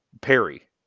Perry